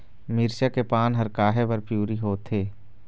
मिरचा के पान हर काहे बर पिवरी होवथे?